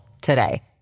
today